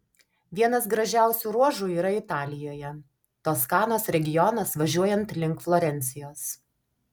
vienas gražiausių ruožų yra italijoje toskanos regionas važiuojant link florencijos